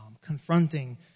confronting